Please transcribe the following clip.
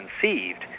conceived